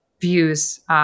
views